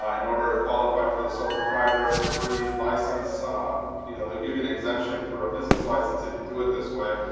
in order to qualify for the sole proprietor for free license you know they'll give you an exemption for a business license if you do it this way.